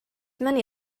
many